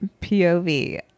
POV